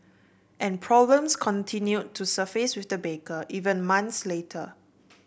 and problems continued to surface with the baker even months later